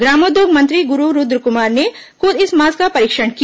ग्रामोद्योग मंत्री गुरु रूद्रकुमार ने खुद इस मास्क का परीक्षण किया